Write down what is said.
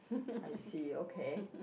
I see okay